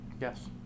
Yes